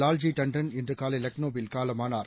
வால்ஜி தாண்டன் இன்று காலை லக்ளோவில் காலமானர்